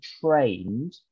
trained